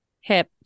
hip